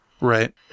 Right